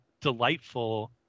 delightful